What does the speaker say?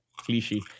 cliche